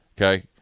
Okay